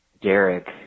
Derek